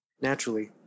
Naturally